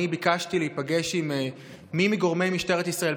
אני ביקשתי להיפגש עם גורמים במשטרת ישראל,